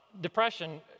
Depression